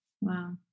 Wow